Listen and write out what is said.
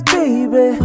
baby